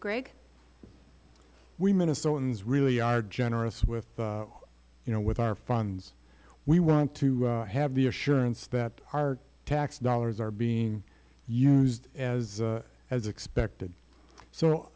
greg we minnesotans really are generous with you know with our funds we want to have the assurance that our tax dollars are being used as as expected so